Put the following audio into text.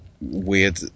weird